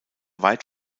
weit